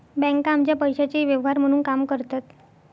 बँका आमच्या पैशाचे व्यवहार म्हणून काम करतात